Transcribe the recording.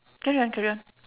carry on carry on